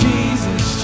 Jesus